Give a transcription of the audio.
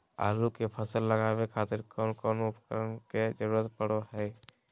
आलू के फसल लगावे खातिर कौन कौन उपकरण के जरूरत पढ़ो हाय?